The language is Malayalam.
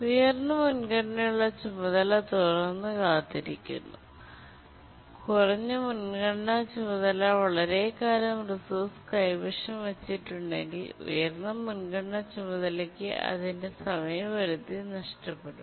ഉയർന്ന മുൻഗണനയുള്ള ചുമതല തുടരുന്നുകാത്തിരിക്കുന്നു കുറഞ്ഞ മുൻഗണനാ ചുമതല വളരെക്കാലം റിസോഴ്സ് കൈവശം വച്ചിട്ടുണ്ടെങ്കിൽ ഉയർന്ന മുൻഗണന ചുമതലക്ക് അതിന്റെ സമയപരിധിനഷ്ടപ്പെടും